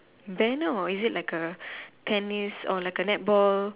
banner or is it like a tennis or like a netball